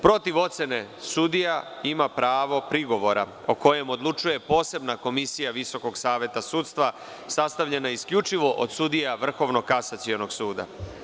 Protiv ocene sudija ima pravo prigovora, o kojem odlučuje posebna komisija VSS sastavljena isključivo od sudija Vrhovnog kasacionog suda.